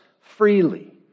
freely